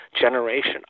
generation